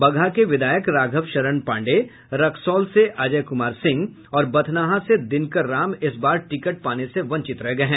बगहा के विधायक राघव शरण पांडेय रक्सौल से अजय कुमार सिंह और बथनाहा से दिनकर राम इस बार टिकट पाने से वंचित रह गये हैं